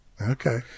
Okay